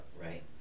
Right